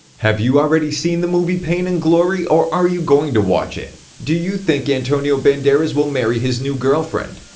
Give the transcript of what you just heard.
have you already seen the movie pain and glory or are you going to watch it? do you think antonio banderas will marry his new girlfriend?